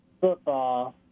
football